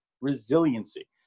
Resiliency